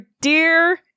dear